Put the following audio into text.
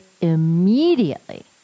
immediately